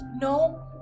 No